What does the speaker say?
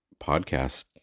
podcast